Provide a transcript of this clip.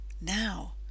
Now